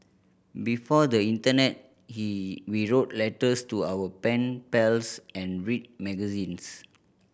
before the internet he we wrote letters to our pen pals and read magazines